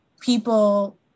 people